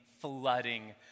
flooding